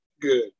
good